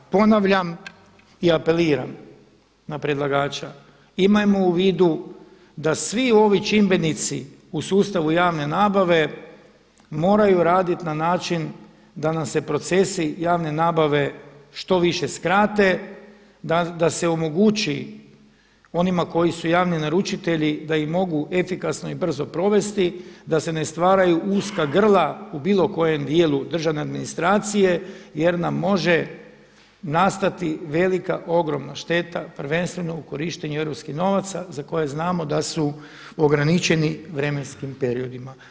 Ponavljam, i apeliram na predlagača, imajmo u vidu da svi ovi čimbenici u sustavu javne nabave moraju raditi na način da nam se procesi javne nabave što više skrate, da se omogući onima koji su javni naručitelji da ih mogu brzo i efikasno provesti da se ne stvaraju uska grla u bilo kojem dijelu državne administracije jer nam može nastati velika, ogromna šteta prvenstveno u korištenju europskih novaca za koje znamo da su ograničeni vremenskim periodima.